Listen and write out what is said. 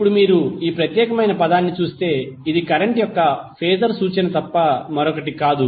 ఇప్పుడు మీరు ఈ ప్రత్యేకమైన పదాన్ని చూస్తే ఇది కరెంట్ యొక్క ఫేజర్ సూచన తప్ప మరొకటి కాదు